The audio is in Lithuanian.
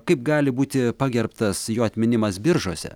kaip gali būti pagerbtas jo atminimas biržuose